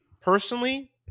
personally